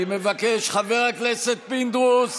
אני מבקש, חבר הכנסת פינדרוס.